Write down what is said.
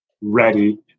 ready